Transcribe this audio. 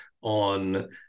on